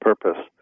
purpose